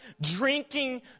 drinking